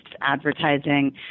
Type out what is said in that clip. advertising